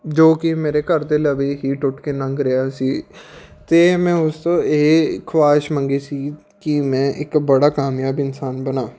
ਜੋ ਕਿ ਮੇਰੇ ਘਰ ਦੇ ਲਵੇ ਹੀ ਟੁੱਟ ਕੇ ਲੰਘ ਰਿਹਾ ਸੀ ਅਤੇ ਮੈਂ ਉਸ ਤੋਂ ਇਹ ਖੁਆਇਸ਼ ਮੰਗੀ ਸੀ ਕਿ ਮੈਂ ਇੱਕ ਬੜਾ ਕਾਮਯਾਬ ਇਨਸਾਨ ਬਣਾ